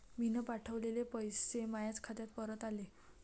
मीन पावठवलेले पैसे मायाच खात्यात परत आले